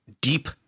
deep